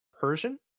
persian